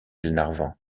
glenarvan